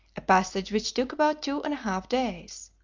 a passage which took about two and a half days.